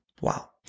Wow